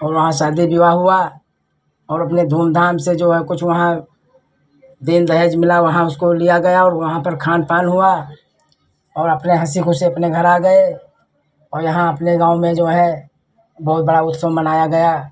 और वहाँ शादी विवाह हुआ और अपने धूमधाम से जो है कुछ वहाँ दान दहेज मिला वहाँ उसको लिया गया और वहाँ पर खान पान हुआ और अपने हँसी ख़ुशी अपने घर आ गए और यहाँ अपने गाँव में जो है बहुत बड़ा उत्सव मनाया गया